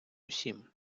усім